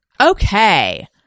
okay